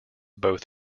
both